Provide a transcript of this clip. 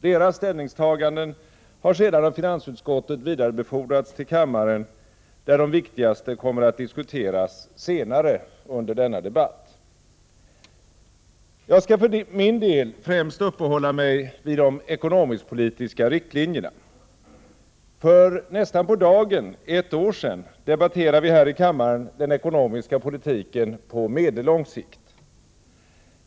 Deras ställningstaganden har sedan av finansutskottet vidarebefordrats till kammaren, där de viktigaste kommer att diskuteras senare under denna debatt. Jag skall för min del främst uppehålla mig vid de ekonomisk-politiska riktlinjerna. För nästan på dagen ett år sedan debatterade vi här i kammaren den ekonomiska politiken på medellång sikt.